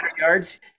yards